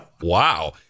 wow